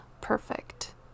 perfect